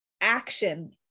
action